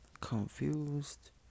confused